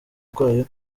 rwayo